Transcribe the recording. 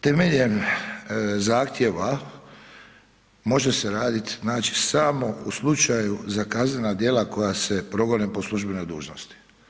Temeljem zahtjeva može se radit znači samo u slučaju za kaznena djela koja se progone po službenoj dužnosti.